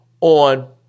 on